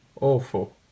Awful